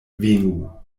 venu